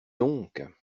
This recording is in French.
donc